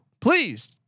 please